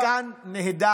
עד כאן נהדר,